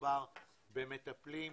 מדובר במטפלים,